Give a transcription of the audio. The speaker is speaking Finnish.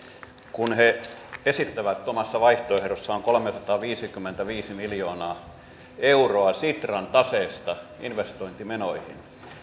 kun he esittävät omassa vaihtoehdossaan kolmesataaviisikymmentäviisi miljoonaa euroa sitran taseesta investointimenoihin